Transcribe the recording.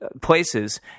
places